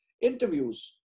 interviews